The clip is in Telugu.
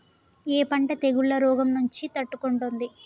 ఏ పంట తెగుళ్ల రోగం నుంచి తట్టుకుంటుంది?